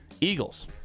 eagles